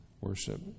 worship